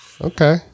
Okay